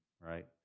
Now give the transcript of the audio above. right